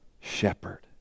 shepherd